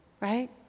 right